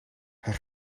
hij